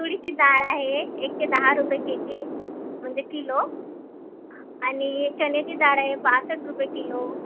तुरीची डाळ आहे एकशे दहा रुपये केजी म्हणजे किलो आणि चण्याची डाळ आहे पासष्ट रुपये किलो